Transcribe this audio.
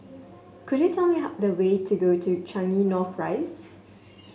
could you tell me how the way to go to Changi North Rise